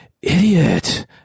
idiot